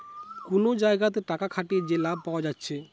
কুনো জাগাতে টাকা খাটিয়ে যে লাভ পায়া যাচ্ছে